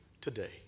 today